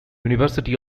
university